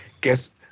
guess